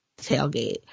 tailgate